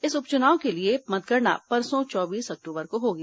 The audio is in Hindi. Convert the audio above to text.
इस उप चुनाव के लिए मतगणना परसों चौबीस अक्टूबर को होगी